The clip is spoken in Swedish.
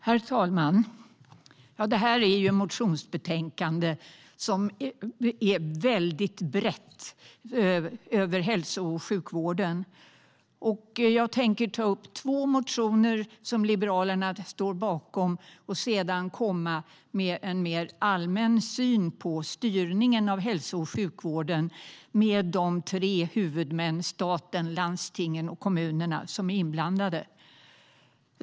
Herr talman! Detta är ett motionsbetänkande som spänner brett över hälso och sjukvården. Jag tänker ta upp två motioner som Liberalerna står bakom och sedan komma med en mer allmän syn på styrningen av hälso och sjukvården med de tre huvudmän - staten, landstingen och kommunerna - som är inblandade.